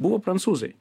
buvo prancūzai